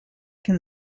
can